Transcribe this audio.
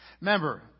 Remember